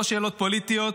לא שאלות פוליטיות,